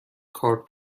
کارت